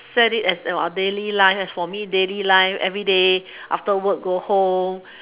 set it as our daily life as for me daily life everyday after work go home